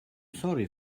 sorry